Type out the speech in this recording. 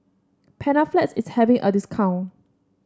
Panaflex is having a discount